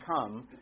come